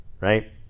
right